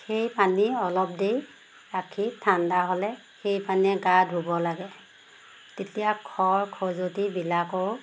সেই পানী অলপ দেৰি ৰাখি ঠাণ্ডা হ'লে সেই পানীয়ে গা ধুব লাগে তেতিয়া খৰ খজুৱতিবিলাকো